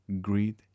greed